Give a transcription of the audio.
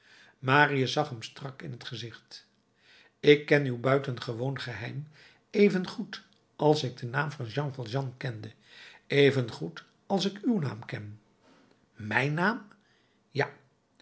marius zag hem strak in het gezicht ik ken uw buitengewoon geheim evengoed als ik den naam van jean valjean kende evengoed als ik uw naam ken mijn naam ja